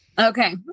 okay